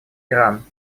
иран